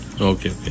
Okay